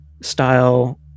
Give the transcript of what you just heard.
style